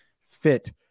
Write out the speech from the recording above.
fit